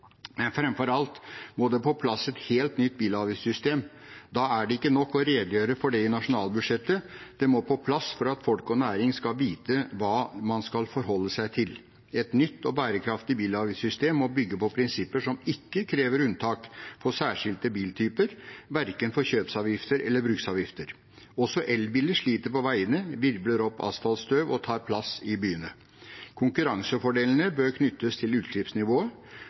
Men framfor alt må det på plass et helt nytt bilavgiftssystem. Da er det ikke nok å redegjøre for det i nasjonalbudsjettet. Det må på plass for at folk og næring skal vite hva man kan forholde seg til. Et nytt og bærekraftig bilavgiftssystem må bygge på prinsipper som ikke krever unntak for særskilte biltyper, verken for kjøpsavgifter eller bruksavgifter. Også elbiler sliter på veiene, virvler opp asfaltstøv og tar plass i byene. Konkurransefordelene bør knyttes til utslippsnivået.